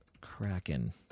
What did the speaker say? Kraken